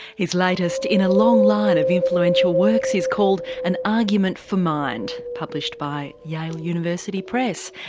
his latest in a long line of influential works is called an argument for mind published by yale university press.